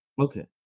Okay